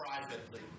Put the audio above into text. privately